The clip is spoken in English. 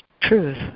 truth